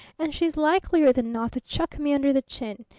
and she's likelier than not to chuck me under the chin.